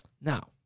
Now